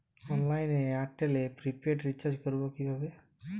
অনলাইনে এয়ারটেলে prepaid recharge করবো কিভাবে?